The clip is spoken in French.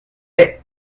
est